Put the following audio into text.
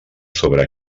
sobre